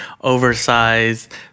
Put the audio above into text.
Oversized